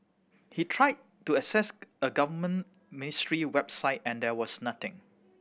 he tried to access a government ministry website and there was nothing